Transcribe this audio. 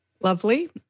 Lovely